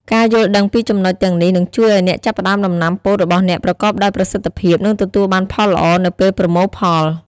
ការយល់ដឹងពីចំណុចទាំងនេះនឹងជួយឱ្យអ្នកចាប់ផ្ដើមដំណាំពោតរបស់អ្នកប្រកបដោយប្រសិទ្ធភាព និងទទួលបានផលល្អនៅពេលប្រមូលផល។